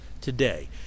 today